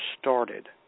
started